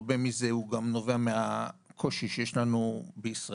הרבה מזה גם נובע מהקושי שיש לנו בישראל